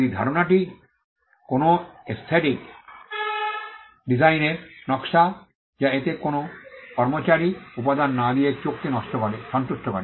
যদি ধারণাটি কোনও এস্থেটিক ডিজাইনের নকশা যা এতে কোনও কার্যকরী উপাদান না দিয়ে চোখকে সন্তুষ্ট করে